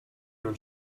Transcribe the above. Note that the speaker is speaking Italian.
non